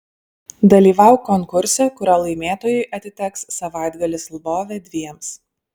dalyvauk konkurse kurio laimėtojui atiteks savaitgalis lvove dviems